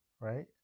right